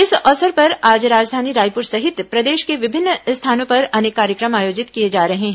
इस अवसर पर आज राजधानी रायपुर सहित प्रदेश के विभिन्न स्थानों पर अनेक कार्यक्रम आयोजित किए जा रहे हैं